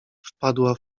wpadła